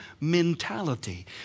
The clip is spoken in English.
mentality